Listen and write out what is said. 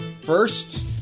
First